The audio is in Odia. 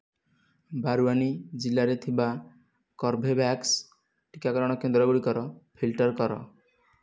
ବଡ଼ଓ୍ବାନି ଜିଲ୍ଲାରେ ଥିବା କର୍ବେଭ୍ୟାକ୍ସ ଟିକାକରଣ କେନ୍ଦ୍ର ଗୁଡ଼ିକ ଫିଲ୍ଟର କର